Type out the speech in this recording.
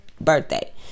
birthday